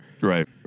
Right